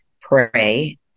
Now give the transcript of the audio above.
pray